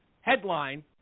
headline –